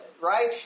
right